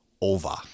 Over